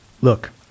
Look